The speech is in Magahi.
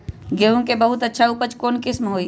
गेंहू के बहुत अच्छा उपज कौन किस्म होई?